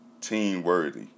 teen-worthy